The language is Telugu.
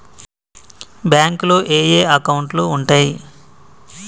బ్యాంకులో ఏయే అకౌంట్లు ఉంటయ్?